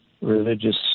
religious